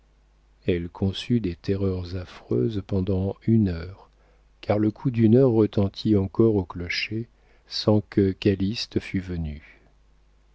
elle conçut des terreurs affreuses pendant une heure car le coup d'une heure retentit encore au clocher sans que calyste fût venu